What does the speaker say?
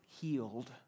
healed